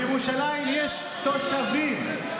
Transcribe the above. בירושלים יש תושבים.